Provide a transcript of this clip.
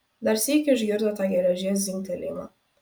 dar sykį išgirdo tą geležies dzingtelėjimą